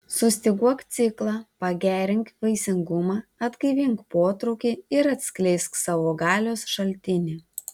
sustyguok ciklą pagerink vaisingumą atgaivink potraukį ir atskleisk savo galios šaltinį